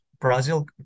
brazil